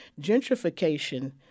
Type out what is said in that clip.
Gentrification